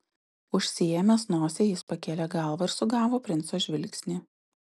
užsiėmęs nosį jis pakėlė galvą ir sugavo princo žvilgsnį